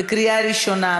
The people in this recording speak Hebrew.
בקריאה ראשונה.